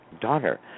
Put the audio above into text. daughter